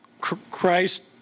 Christ